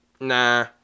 nah